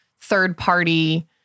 third-party